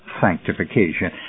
sanctification